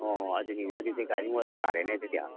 ꯑꯣ ꯑꯗꯨꯅꯤꯅꯦ ꯑꯗꯨꯗꯤ ꯒꯥꯔꯤ ꯑꯃ ꯋꯥꯏꯕ ꯇꯥꯔꯦꯅꯦ ꯑꯗꯨꯗꯤ